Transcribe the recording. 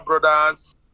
Brothers